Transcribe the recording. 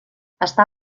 està